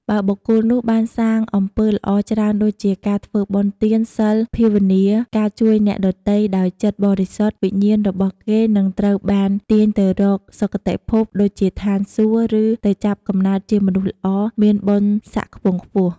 បើបុគ្គលនោះបានសាងអំពើល្អច្រើនដូចជា ការធ្វើបុណ្យ ទាន សីល ភាវនា ការជួយអ្នកដទៃដោយចិត្តបរិសុទ្ធ វិញ្ញាណរបស់គេនឹងត្រូវបានទាញទៅរក សុគតិភព ដូចជាឋានសួគ៌ ឬទៅចាប់កំណើតជាមនុស្សល្អ មានបុណ្យស័ក្តិខ្ពង់ខ្ពស់។